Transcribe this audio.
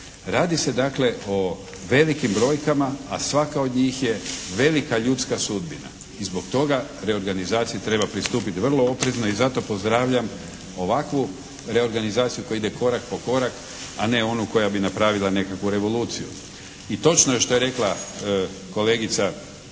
Radi se dakle o velikim brojkama a svaka od njih je velika ljudska sudbina. I zbog toga reorganizaciji treba pristupiti vrlo oprezno. I zato pozdravljam ovakvu reorganizaciju koja ide korak po korak a ne onu koja bi napravila nekakvu revoluciju. I točno je što je rekla kolegica Škare